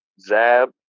Zab